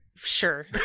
Sure